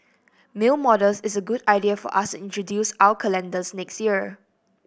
male models is a good idea for us introduce our calendars next year